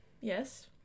Yes